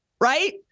right